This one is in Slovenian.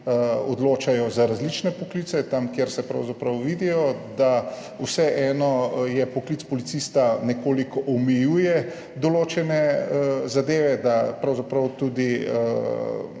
odločajo za različne poklice, tam, kjer se pravzaprav vidijo, da vseeno poklic policista nekoliko omejuje določene zadeve, da je pravzaprav tudi